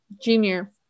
Junior